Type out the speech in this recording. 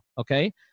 Okay